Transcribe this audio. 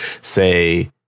say